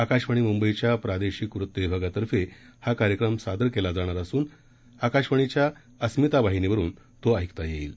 आकाशवाणी मुंबईच्या प्रादेशिक वृत्तविभागातर्फे हा कार्यक्रम सादर केला जाणार असून आकाशवाणीच्या अस्मिता वाहिनीवरुन तो ऐकता येईल